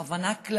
בכוונה,